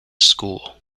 school